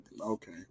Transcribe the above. okay